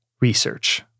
research